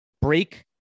break